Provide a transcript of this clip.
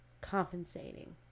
compensating